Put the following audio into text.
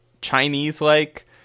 Chinese-like